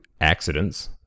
accidents